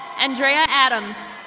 andrea adams.